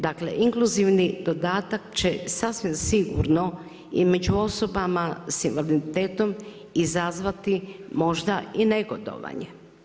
Dakle, inkluzivni dodatak će sasvim sigurno i među osobama sa invaliditetom izazvati možda i negodovanje.